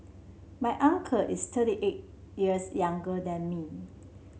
my uncle is thirty eight years younger than me